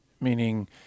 meaning